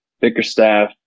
Bickerstaff